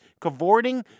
cavorting